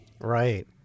Right